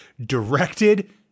directed